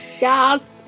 Yes